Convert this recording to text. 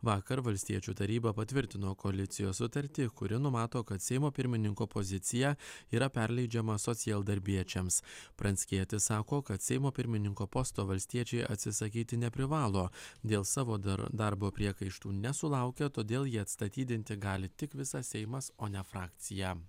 vakar valstiečių taryba patvirtino koalicijos sutartį kuri numato kad seimo pirmininko pozicija yra perleidžiama socialdarbiečiams pranckietis sako kad seimo pirmininko posto valstiečiai atsisakyti neprivalo dėl savo dar darbo priekaištų nesulaukia todėl jį atstatydinti gali tik visas seimas o ne frakcija